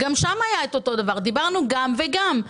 דיברנו על גם וגם.